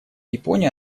япония